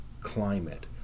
climate